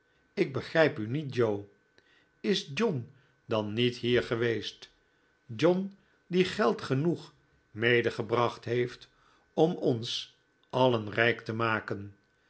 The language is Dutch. ik begrijp u niet joe is john dan niet hier geweest john die geld genoeg medegebracht heeft om ons alien rijk te maken